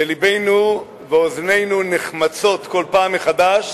ולבנו, אוזנינו נחמצות כל פעם מחדש